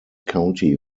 county